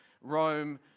Rome